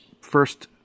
first